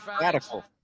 Radical